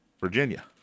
Virginia